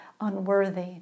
unworthy